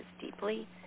deeply